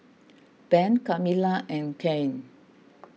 Ben Kamilah and Kanye